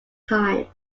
time